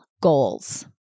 goals